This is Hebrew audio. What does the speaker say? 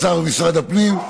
משרד האוצר ומשרד הפנים.